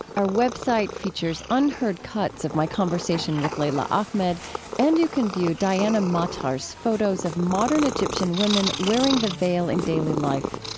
our web site features unheard cuts of my conversation with leila ahmed and you can view diana matar's photos of modern egyptian women wearing the veil in daily life.